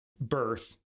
birth